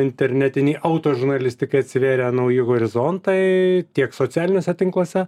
internetiniai auto žurnalistikai atsivėrė nauji horizontai tiek socialiniuose tinkluose